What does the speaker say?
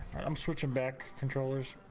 um switching back controllers